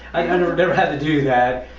i've never never had to do that,